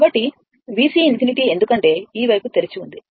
కాబట్టి VC∞ ఎందుకంటే ఈ వైపు తెరిచి ఉంది